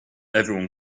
everyone